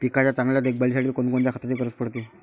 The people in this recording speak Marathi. पिकाच्या चांगल्या देखभालीसाठी कोनकोनच्या खताची गरज पडते?